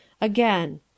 Again